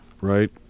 right